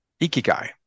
Ikigai